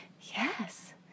yes